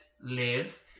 Live